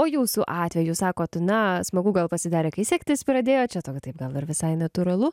o jūsų atveju sakot na smagu gal pasidarė kai sektis pradėjo čia tau taip gal ir visai natūralu